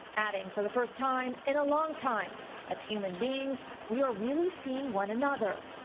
adding for the first time in a long time as human beings we are really seeing one another.